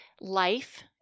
life